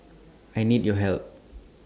I need your help